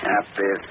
Happy